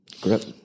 Great